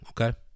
Okay